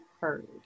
heard